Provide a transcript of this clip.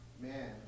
man